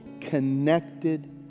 connected